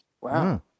Wow